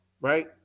right